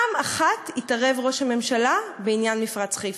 פעם אחת התערב ראש הממשלה בעניין מפרץ חיפה,